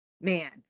man